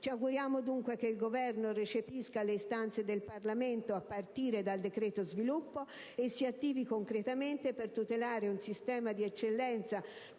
Ci auguriamo dunque che il Governo recepisca le istanze del Parlamento a partire dal decreto sviluppo e si attivi concretamente per tutelare un sistema di eccellenza